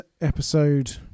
episode